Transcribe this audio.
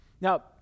Now